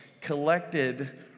collected